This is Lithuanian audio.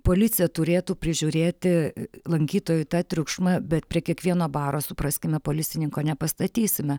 policija turėtų prižiūrėti lankytojų tą triukšmą bet prie kiekvieno baro supraskime policininko nepastatysime